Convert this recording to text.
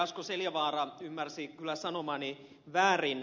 asko seljavaara ymmärsi kyllä sanomani väärin